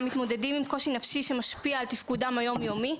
מתמודדים עם קושי נפשי שמשפיע על תפקודם היום-יומי.